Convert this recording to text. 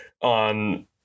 on